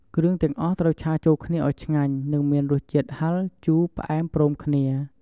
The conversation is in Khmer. គ្រឿងទាំងអស់ត្រូវឆាចូលគ្នាឱ្យឆ្ងាញ់ និងមានរសជាតិហឹរ ជូរ ផ្អែមព្រមគ្នា។